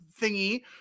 thingy